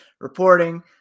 reporting